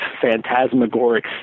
phantasmagoric